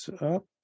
up